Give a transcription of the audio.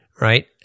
right